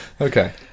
Okay